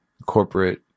corporate